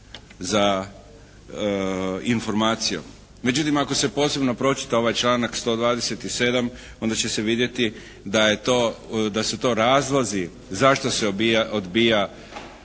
za informacijom. Međutim, ako se posebno pročita ovaj članak 127. onda će se vidjeti da je to, da su to razlozi zašto se odbija,